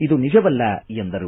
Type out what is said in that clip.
ಇದು ನಿಜವಲ್ಲ ಎಂದರು